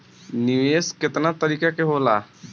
निवेस केतना तरीका के होला?